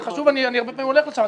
זה חשוב ואני הרבה פעמים הולך לשם.